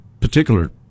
particular